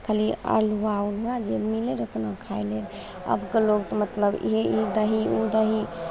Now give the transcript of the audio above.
खाली अल्हुवा अल्हुवा जे मिलय ने तऽ अपना खाय लै अबके लोग मतलब ई दही उ दही